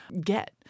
get